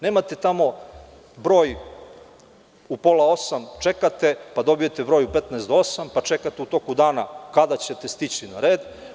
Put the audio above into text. Nemate tamo broj u pola osam čekate, pa dobijete broj u petnaest do osam, pa čekate u toku dana kada ćete stići na red.